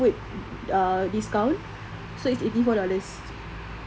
ah discount so it's eighty four dollars